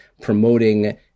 promoting